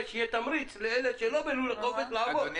יהווה תמריץ לאלה שלא עם לולי חופש לעבור ללולי חופש.